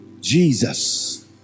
Jesus